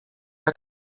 jak